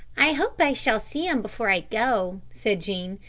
i hope i shall see him before i go, said jean.